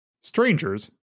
Strangers